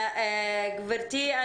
גברתי,